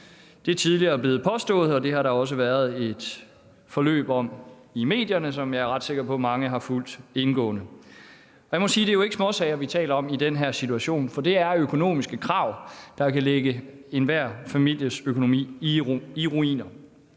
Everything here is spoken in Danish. det tidligere er blevet påstået. Og det har der også været et forløb om i medierne, som jeg er ret sikker på at mange har fulgt indgående. Jeg må sige, at det ikke er småsager, vi taler om i den her situation, for det er økonomiske krav, der kan lægge enhver families økonomi i ruiner.